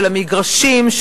של המגרשים,